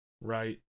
right